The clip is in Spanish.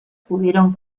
pudieron